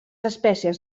espècies